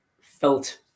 felt